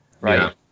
right